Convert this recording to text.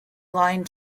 line